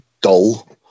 dull